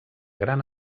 gran